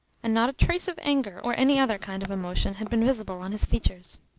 and not a trace of anger or any other kind of emotion had been visible on his features.